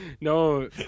no